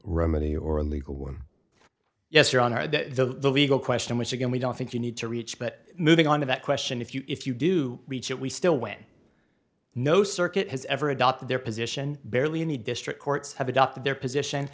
remedy or a legal one yes your honor the legal question which again we don't think you need to reach but moving on to that question if you if you do reach it we still win no circuit has ever adopted their position barely in the district courts have adopted their position